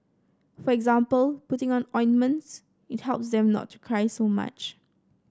for example putting on ointments it helps them not to cry so much